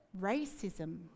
Racism